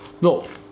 No